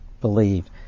believed